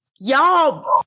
y'all